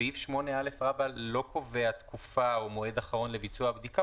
סעיף 8א לא קובע תקופה או מועד אחרון לביצוע הבדיקה,